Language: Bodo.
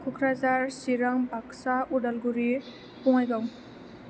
क'क्राझार सिरां बाकसा उदालगुरि बङाइगाव